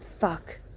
fuck